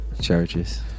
Churches